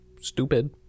stupid